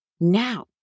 now